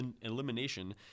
elimination